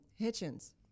Hitchens